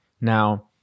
now